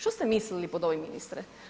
Što ste mislili pod ovim ministre?